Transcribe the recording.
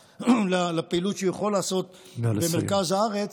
בפריפריה לפעילות שהוא יכול לעשות במרכז הארץ.